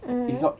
mm